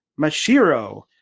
Mashiro